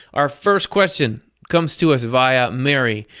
our first question comes to us via mary.